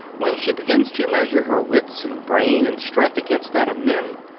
when she begins to measure her wits and brain and strength against that of men,